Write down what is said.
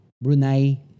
Brunei